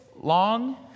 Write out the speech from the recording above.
long